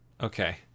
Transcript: okay